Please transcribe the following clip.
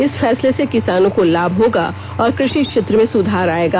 इस फैसले से किसानों को लाभ होगा और कृषि क्षेत्र में सुधार आएगा